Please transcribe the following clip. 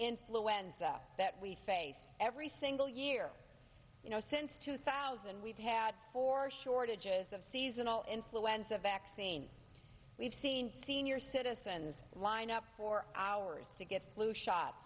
influenza that we face every single year you know since two thousand we've had four shortages of seasonal influenza vaccines we've seen senior citizens lined up for hours to get flu shots